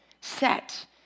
set